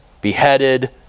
beheaded